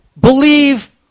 believe